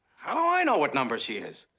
how do i know what number she is?